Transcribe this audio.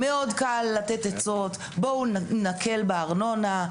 מאוד קל לתת עצות, בואו נקל בארנונה.